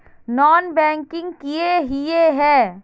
Non banking किए हिये है?